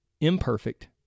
Imperfect